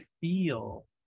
feel